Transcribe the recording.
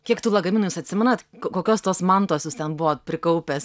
kiek tų lagaminų jūs atsimenat kokios tos mantos jūs ten buvot prikaupęs